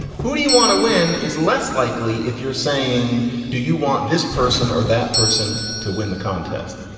who do you want to win is less likely if you're saying do you want this person or that person to win the contest?